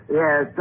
yes